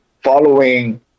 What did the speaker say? following